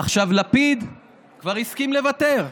עכשיו, לפיד כבר הסכים לוותר.